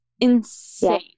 insane